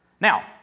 Now